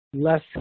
less